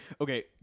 Okay